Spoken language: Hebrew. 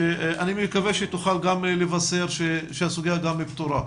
שאני מקווה שתוכל גם לבשר שהסוגיה פתורה.